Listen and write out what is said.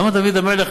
למה דוד המלך,